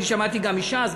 שמעתי גם מש"ס,